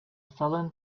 sullen